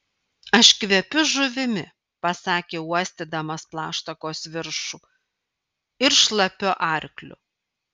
aš kvepiu žuvimi pasakė uostydamas plaštakos viršų ir šlapiu arkliu